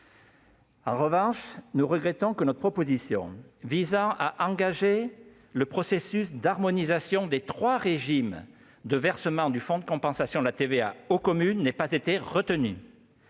En revanche, nous regrettons que notre proposition visant à engager le processus d'harmonisation des trois régimes de versement du fonds de compensation pour la taxe sur la valeur